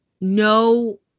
no